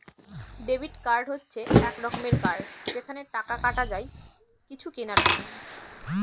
debit card হচ্ছে এক রকমের কার্ড যেখানে টাকা কাটা যায় কিছু কেনার সময়